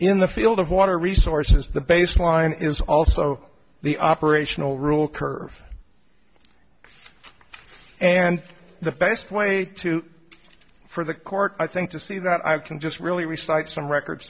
in the field of water resources the baseline is also the operational rule curve and the best way to for the court i think to see that i can just really recites from record